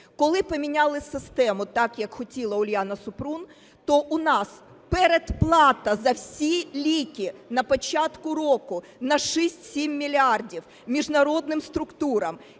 Коли поміняли систему так, як хотіла Уляна Супрун, то в нас передплата за всі ліки на початку року на 6-7 мільярдів міжнародним структурам